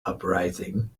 uprising